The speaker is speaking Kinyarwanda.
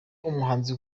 umuhanzi